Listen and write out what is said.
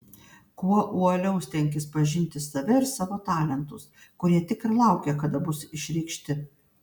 kuo uoliau stenkis pažinti save ir savo talentus kurie tik ir laukia kada bus išreikšti